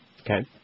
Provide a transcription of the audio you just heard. Okay